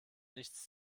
nichts